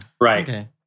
Right